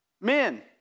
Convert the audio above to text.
Men